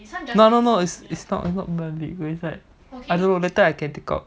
no no no it's not it's not very big it's like I don't know later I can take out